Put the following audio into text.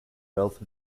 wealth